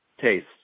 taste